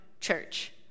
Church